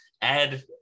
add